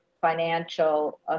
financial